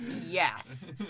Yes